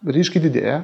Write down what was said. ryškiai didėja